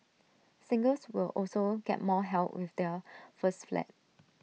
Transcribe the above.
singles will also get more help with their first flat